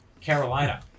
Carolina